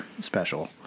special